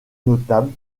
notable